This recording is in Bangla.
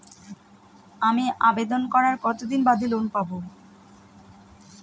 আমি আবেদন করার কতদিন বাদে লোন পাব?